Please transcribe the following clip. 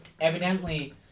evidently